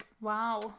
wow